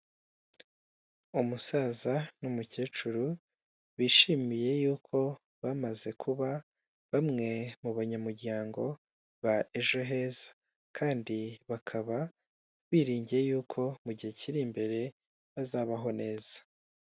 Umusaza n'umukecuru bishimiye y'uko bamaze kuba bamwe mu banyamuryango ba Ejo Heza kandi bakaba biringiye y'uko mu gihe kiri imbere bazabaho neza.